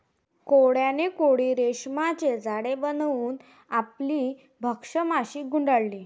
कोळ्याने कोळी रेशीमचे जाळे बनवून आपली भक्ष्य माशी गुंडाळली